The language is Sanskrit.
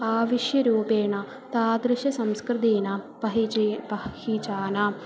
आविष्काररूपेण तादृशसंस्कृतेन पहिची पह्हिचानां